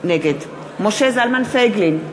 נגד משה זלמן פייגלין,